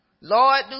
lord